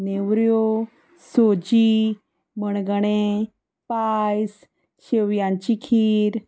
नेवऱ्यो सोजी मणगणें पायस शेवयांची खीर